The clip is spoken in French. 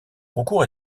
concours